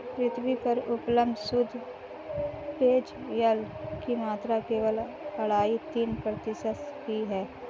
पृथ्वी पर उपलब्ध शुद्ध पेजयल की मात्रा केवल अढ़ाई तीन प्रतिशत ही है